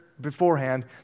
beforehand